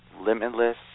limitless